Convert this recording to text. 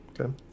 Okay